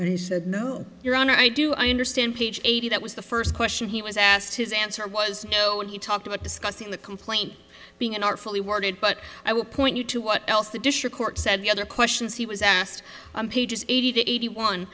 and he said no your honor i do understand page eighty that was the first question he was asked his answer was no when he talked about discussing the complaint being an artfully worded but i would point you to what else the district court said the other questions he was asked on page eighty to eighty one